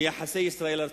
מהיחסים עם ארצות-הברית,